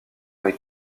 avec